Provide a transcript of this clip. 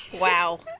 Wow